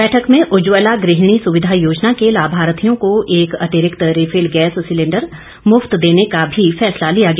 बैठक में उज्जवला गुहिणी सुविधा योजना के लाभार्थियों को एक अतिरिक्त रिफिल गैस सिलेंडर मुफत देने का भी फैसला लिया गया